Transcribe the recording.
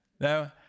No